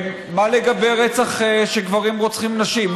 מה לגבי רצח שגברים רוצחים נשים?